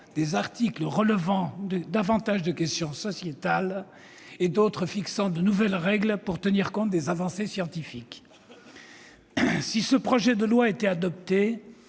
des articles relevant davantage de questions sociétales et d'autres fixant de nouvelles règles pour tenir compte des avancées scientifiques. Si ce projet de loi est adopté,